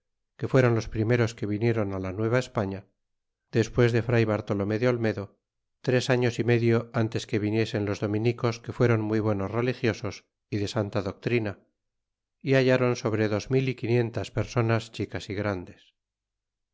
que fuéron los primeros que viniéron la nueva españa despues de fray bartolomé de olmedo tres años y medio tintes que viniesen los dominicos que fuéron muy buenos religiosos y de santa doctrina y hallron sobre dos mil y quinientas personas chicas y grandes